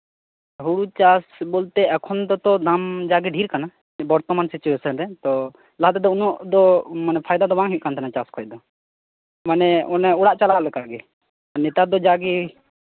ᱦᱳᱲᱳᱪᱟᱥ ᱵᱚᱞᱛᱮ ᱮᱠᱷᱚᱱ ᱫᱚᱛᱚ ᱫᱟᱢ ᱡᱟᱜᱮ ᱰᱷᱮᱨ ᱟᱠᱟᱱᱟ ᱵᱚᱨᱛᱚᱢᱟᱱ ᱥᱤᱪᱩᱭᱮᱥᱮᱱ ᱨᱮ ᱛᱚ ᱱᱚᱣᱟᱛᱮᱫᱚ ᱩᱱᱟᱹᱜ ᱫᱚ ᱢᱟᱱᱮ ᱯᱷᱟᱭᱫᱟ ᱫᱚ ᱵᱟᱝ ᱦᱩᱭᱩᱜ ᱠᱟᱱᱟ ᱛᱟᱦᱮᱱᱟ ᱪᱟᱥᱠᱷᱚᱡ ᱫᱚ ᱢᱟᱱᱮ ᱚᱱᱮ ᱚᱲᱟᱜ ᱪᱟᱞᱟᱜ ᱞᱮᱠᱟᱜᱮ ᱱᱮᱛᱟᱨ ᱫᱚ ᱡᱟᱜᱮ